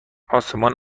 آسمان